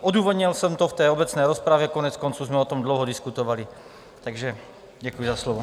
Odůvodnil jsem to v obecné rozpravě, koneckonců jsme o tom dlouho diskutovali, takže děkuji za slovo.